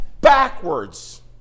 backwards